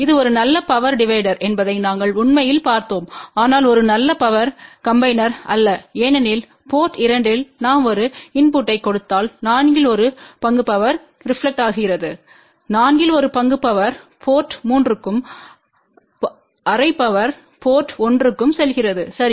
இது ஒரு நல்ல பவர் டிவைடர் என்பதை நாங்கள் உண்மையில் பார்த்தோம் ஆனால் ஒரு நல்ல பவர் காம்பினர் அல்ல ஏனெனில் போர்ட் 2 இல் நாம் ஒரு இன்புட்ட்டைக் கொடுத்தால் நான்கில் ஒரு பங்கு பவர் ரெப்லக்டெட்கிறது நான்கில் ஒரு பங்கு பவர் போர்ட் 3 க்கும் ½ பவர் போர்ட் 1 க்கும் செல்கிறது சரி